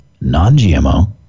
non-GMO